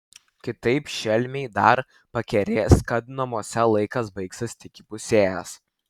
kitaip šelmiai dar pakerės kad namuose laikas baigsis tik įpusėjęs